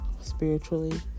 spiritually